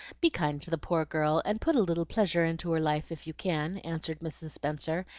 be kind to the poor girl, and put a little pleasure into her life if you can, answered mrs. spenser,